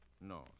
No